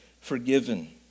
forgiven